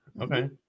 Okay